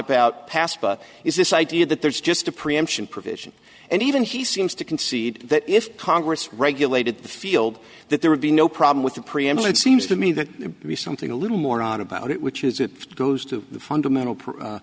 about past but is this idea that there's just a preemption provision and even he seems to concede that if congress regulated the field that there would be no problem with the preamble it seems to me that be something a little more odd about it which is it goes to the fundamental